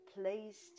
placed